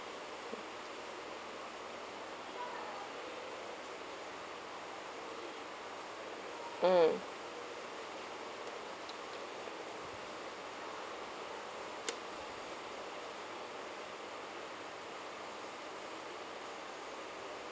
mm